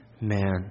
man